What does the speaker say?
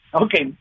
Okay